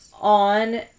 on